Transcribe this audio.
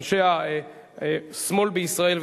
אנשי השמאל בישראל,